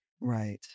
Right